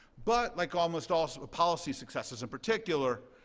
but like almost all so policy successes in particular,